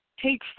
Take